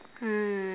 um